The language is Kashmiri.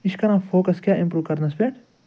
یہِ چھُ کَران فوکس کیٛاہ اِمپرٛوٗ کَرنس پٮ۪ٹھ